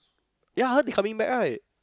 ya heard they coming back right